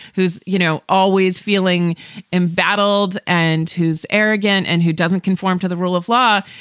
who's, you know. always feeling embattled and who's arrogant and who doesn't conform to the rule of law.